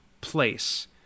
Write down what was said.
place